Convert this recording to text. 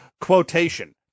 quotation